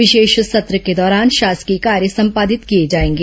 विशेष सत्र के दौरान शासकीय कार्य संपादित किए जाएंगे